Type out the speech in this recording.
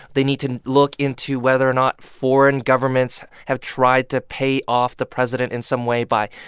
they need to look into whether or not foreign governments have tried to pay off the president in some way by,